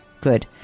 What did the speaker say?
good